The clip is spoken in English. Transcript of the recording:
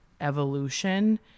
evolution